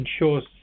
ensures